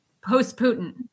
post-Putin